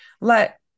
let